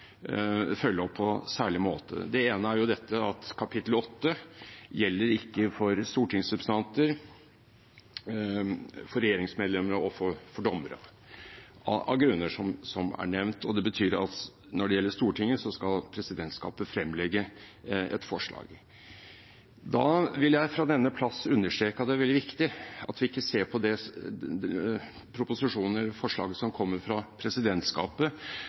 følge opp på særlig måte. Det ene er at kapittel 8 ikke gjelder for stortingsrepresentanter, regjeringsmedlemmer og dommere – av grunner som er nevnt. Det betyr at når det gjelder Stortinget, skal presidentskapet fremlegge et forslag. Da vil jeg fra denne plass understreke at det er veldig viktig at vi ikke ser på forslaget som kommer fra presidentskapet,